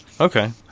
Okay